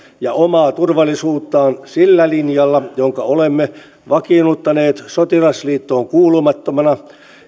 ja omaa turvallisuuttaan sillä linjalla jonka olemme vakiinnuttaneet sotilasliittoon kuulumattomana